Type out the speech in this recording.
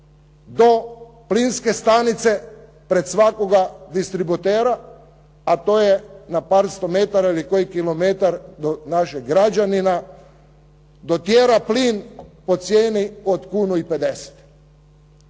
do plinske stanice pred svakog distributera a to je na par sto metara ili koji kilometar do našeg građanina dotjera plin po cijeni pod kunu i